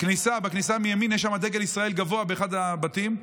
בכניסה, מימין, יש שם דגל ישראל גבוה באחד הבתים.